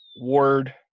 Ward